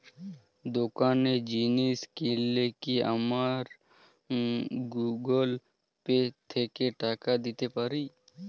দোকানে জিনিস কিনলে কি আমার গুগল পে থেকে টাকা দিতে পারি?